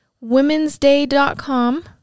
Women'sDay.com